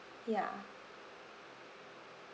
ya